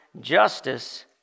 justice